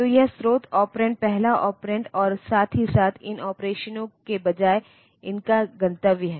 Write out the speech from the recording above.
तो यह स्रोत ऑपरेंड पहला ऑपरेंड और साथ ही साथ इन ऑपरेशनों के बजाय इनका गंतव्य है